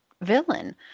villain